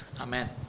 Amen